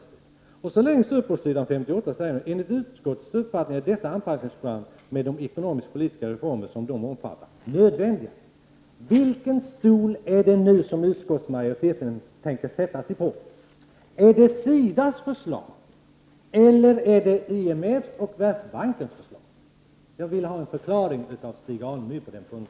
Vänder man på sidan, hittar man följande längst upp på s. 58: ”Enligt ut skottets uppfattning är dessa anpassningsprogram med de ekonomisk-politiska reformer som de omfattar nödvändiga.” Vilken stol tänker utskottsmajoriteten sätta sig på? Väljer men SIDA:s förslag eller IMF:s och Världsbankens förslag? Jag vill ha en förklaring av Stig Alemyr på den punkten.